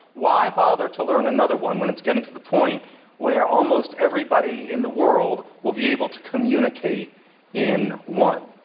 why bother to learn another one when it's getting to the point where almost everybody in the world will be able to communicate in one?